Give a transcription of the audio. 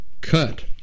cut